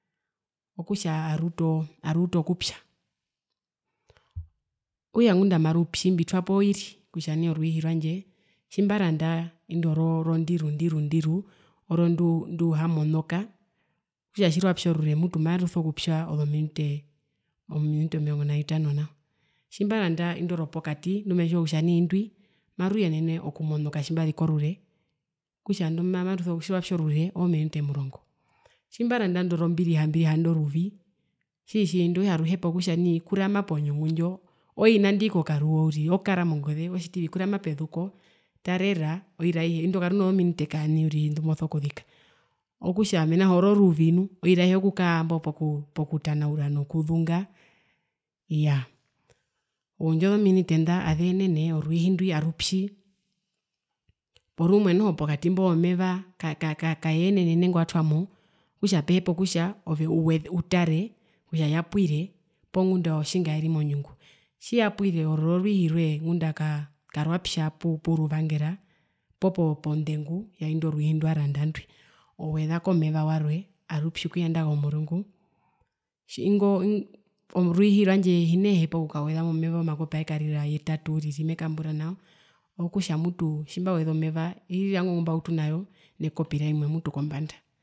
Okutja aruutu okupya, okutja ngunda amarupi mbitwapo oiri kutja nai orwiihi rwandje tjimbaranda indwi oro ndiru ndiru ndiru oro nduhamonoka okutja tjirwapi orure mutu maruso kupya ozominute ominute omurongo navitano nao, tjimbaranda indwi ropokati ndumetjiwa kutja nai ndwi maruyenene okumonoka tjimbaziki orure, okutja indo tjirwapi orure ozominute murongo, tjimbaranda indwi rombiriha mbiriha indo ruvi tjiri tjiri indo ruhepa kutja kurama punyungu ndjo uriri oi nangarire kokaruuo okakara mongoze otjitivi kurama pezuko oiri aihe otjitivi tarera indo karuna zominute kaani uriri ndumoso kuzika okutja mena rokutja oro ruvi nuu okutja okukara pokutanaura nokuzunga iyaa oundju ozominite nda azeenene orwiihi ndwi arupi porumwe noho pokati mbo meva kaka kaenene nguwatwamo okutja pehe kutja ove utare kutja yapwire poo ngunda otjingaeri monyungu tjiyapwire ororo orwiihi rwe ktja rwapi pu pu puuruvangera poo pondendu yaindwi orwiihi nduwaranda ndwi owezako meva warwe arupi okuyenda komurungu tji ingo ingo orwiihi rwandje himeehepa okukaweza momeva omakopi aekarira yetatu uriri mekambura nao okutja mutu tjimbaweza omeva irira inga ngumautu nao nekopi rimwe mutu kombanda.